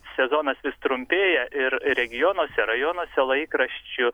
sezonas vis trumpėja ir regionuose rajonuose laikraščių